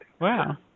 Wow